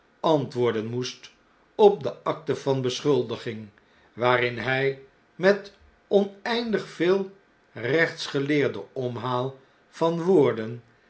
antwoorden moest op de akte vanbeschuldiging waarin hy met oneindig veel rechtsgeleerden omhaal van woorden